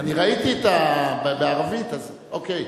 אני ראיתי את, בערבית, אז אוקיי.